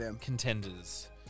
contenders